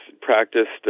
practiced